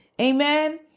Amen